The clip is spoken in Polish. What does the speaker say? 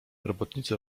robotnicy